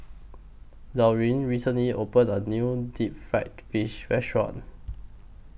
Laurine recently opened A New Deep Fried Fish Restaurant